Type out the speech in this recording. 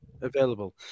available